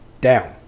down